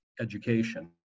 education